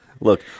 look